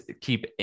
keep